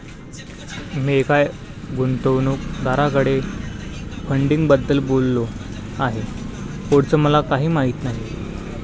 मी एका गुंतवणूकदाराकडे फंडिंगबद्दल बोललो आहे, पुढचं मला काही माहित नाही